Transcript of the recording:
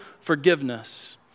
forgiveness